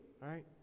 right